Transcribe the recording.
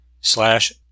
slash